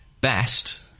Best